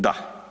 Da.